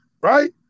Right